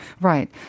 Right